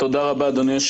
תודה רבה אדוני,